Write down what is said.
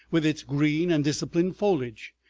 with its green and disciplined foliage,